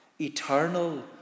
Eternal